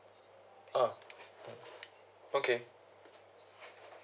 ah okay